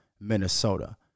Minnesota